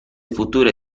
future